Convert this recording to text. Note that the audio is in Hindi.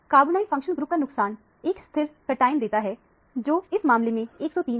कार्बोनाइल फंक्शनल ग्रुप का नुकसान एक स्थिर कटआयन देता है जो इस मामले में 103 है